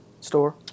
store